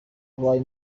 abaye